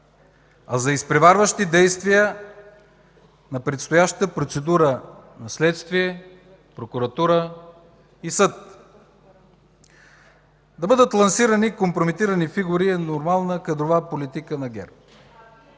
а за изпреварващи действия на предстоящата процедура за следствие, прокуратура и съд. Да бъдат лансирани компрометирани фигури е нормална кадрова политика на ГЕРБ.